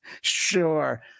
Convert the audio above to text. sure